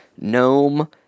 gnome